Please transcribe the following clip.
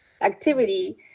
activity